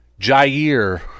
Jair